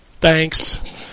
Thanks